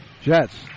Jets